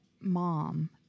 mom